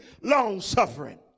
long-suffering